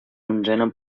onzena